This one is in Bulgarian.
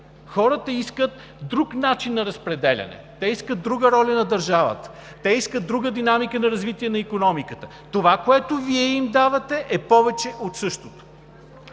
Хората искат друг начин на разпределяне. Те искат друга роля на държавата. Те искат друга динамика на развитие на икономиката. Това, което Вие им давате, е повече от същото.